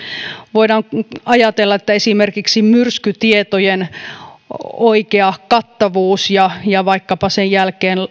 voidaan ajatella että esimerkiksi myrskytietojen oikea kattavuus ja ja vaikkapa sen jälkeen